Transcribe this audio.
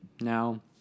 Now